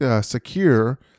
secure